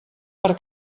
per